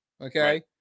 Okay